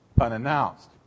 unannounced